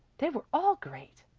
they were all great.